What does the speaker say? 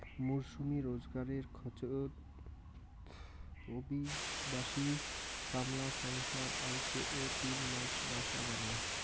মরসুমী রোজগারের খোঁজত অভিবাসী কামলা সংসার আইসে ও তিন মাস বাসা বানায়